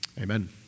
Amen